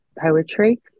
Poetry